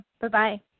Bye-bye